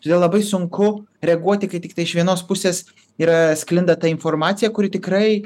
todėl labai sunku reaguoti kai tiktai iš vienos pusės yra sklinda ta informacija kuri tikrai